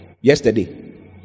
yesterday